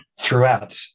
throughout